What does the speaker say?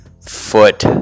Foot